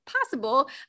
possible